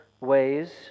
ways